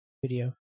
video